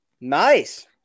Nice